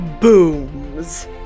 booms